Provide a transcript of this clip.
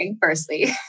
firstly